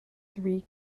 three